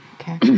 Okay